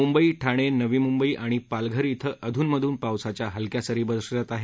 मुंबई ठाणे नवी मुंबई आणि पालघरइथं अधुन मधुन पावसाच्या हलक्या सरी बरसत आहेत